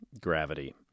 gravity